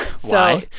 so. why?